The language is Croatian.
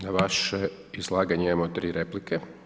Na vaše izlaganje imamo tri replike.